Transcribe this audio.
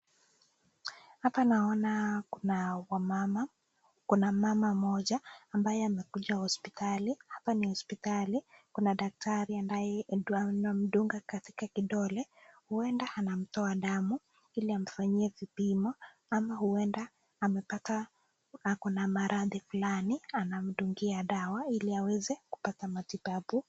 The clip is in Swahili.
Hapa naona kuna wamama, kuna mama moja ambaye amekuja hospitali. Hapa ni hospitali kuna daktari ambaye anamdunga katika kidole huenda anamtoa damu ili amfanyie vipimo ama huenda amepata ako na maradhi fulani anamdungia dawa ili aweze kupata matibabu.